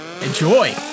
Enjoy